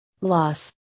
loss